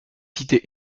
cité